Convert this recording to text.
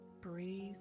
Breathe